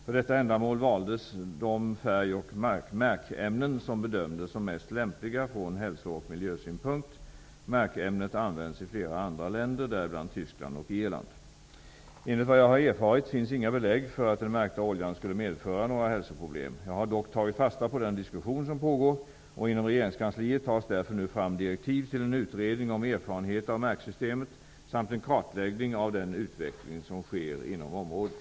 För detta ändamål valdes de färgoch märkämnen som bedömdes som mest lämpliga från hälsooch miljösynpunkt. Märkämnet används i flera andra länder, däribland Enligt vad jag har erfarit finns inga belägg för att den märkta oljan skulle medföra några hälsoproblem. Jag har dock tagit fasta på den diskussion som pågår. Inom regeringskansliet tas därför nu fram direktiv till en utredning om erfarenheter av märksystemet samt en kartläggning av den utveckling som sker inom området.